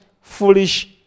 foolish